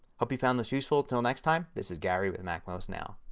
hope you found this useful. until next time this is gary with macmost now.